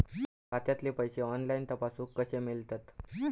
खात्यातले पैसे ऑनलाइन तपासुक कशे मेलतत?